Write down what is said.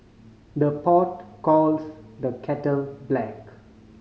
the pot calls the kettle black